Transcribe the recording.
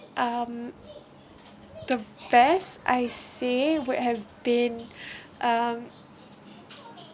um the best I say would have been um